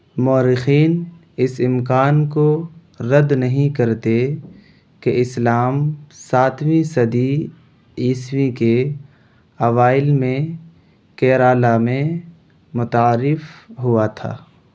مورخین اس امکان کو رد نہیں کرتے کہ اسلام ساتویں صدی عیسوی کے اوائل میں کیرالہ میں متعارف ہوا تھا